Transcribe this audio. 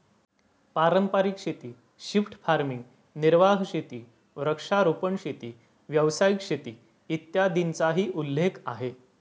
पारंपारिक शेती, shift farming, निर्वाह शेती, वृक्षारोपण शेती, व्यावसायिक शेती, इत्यादींचाही उल्लेख आहे